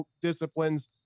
disciplines